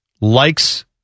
likes